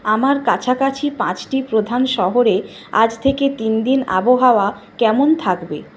আমার কাছাকাছি পাঁচটি প্রধান শহরে আজ থেকে তিন দিন আবহাওয়া কেমন থাকবে